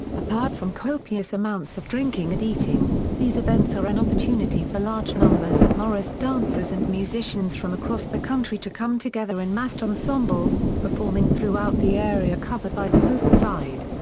apart from copious amounts of drinking and eating, these events are an opportunity for large numbers of morris dancers and musicians from across the country to come together in massed ensembles, performing throughout the area covered by the host side.